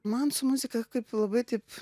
man su muzika kaip labai taip